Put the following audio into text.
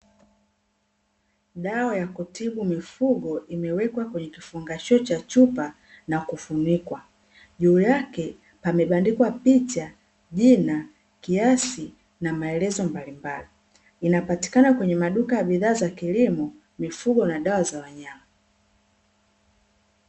Dawa ya kutibu mifugo imewekwa kwenye kifungashio cha chupa na kufunikwa, juu yake pamebandikwa picha, jina, kiasi na maelezo mbalimbali, inapatikana kwenye maduka ya vifaa vya kilimo, mifugo na dawa za wanyama .